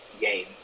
game